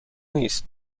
نیست